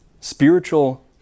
Spiritual